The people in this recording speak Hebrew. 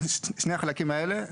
שני החלקים האלה,